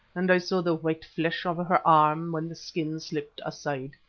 and i saw the white flesh of her arm when the skins slipped aside.